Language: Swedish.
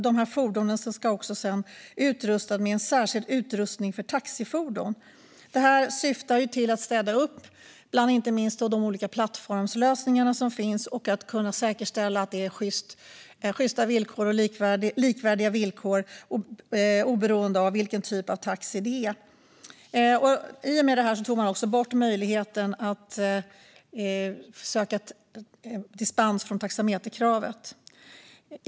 Dessa fordon ska sedan förses med en särskild utrustning för taxifordon. Detta syftade till att städa upp bland de olika plattformslösningar som fanns och att säkerställa sjysta och likvärdiga villkor oberoende av vilken typ av taxi det handlar om. I och med detta tog man bort möjligheten att söka dispens från taxameterkravet.